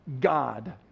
God